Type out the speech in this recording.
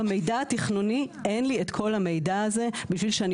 אני מדברת במידע התכנוני אין לי את כל המידע הזה כדי שאני